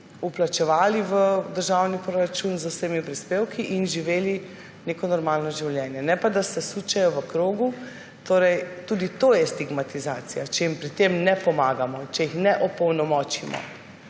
vplačevali v državni proračun z vsemi prispevki in živeli neko normalno življenje. Ne pa, da se sučejo v krogu. Tudi to je stigmatizacija, če jim pri tem ne pomagamo, če jih ne opolnomočimo.